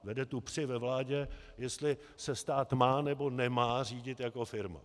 Vede tu při ve vládě, jestli se stát má, nebo nemá řídit jako firma.